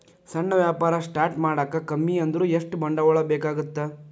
ಸಣ್ಣ ವ್ಯಾಪಾರ ಸ್ಟಾರ್ಟ್ ಮಾಡಾಕ ಕಮ್ಮಿ ಅಂದ್ರು ಎಷ್ಟ ಬಂಡವಾಳ ಬೇಕಾಗತ್ತಾ